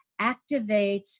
activates